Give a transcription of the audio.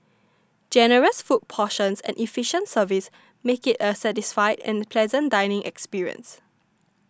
generous food portions and efficient service make it a satisfied and pleasant dining experience